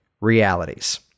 realities